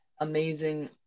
amazing